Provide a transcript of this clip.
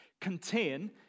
contain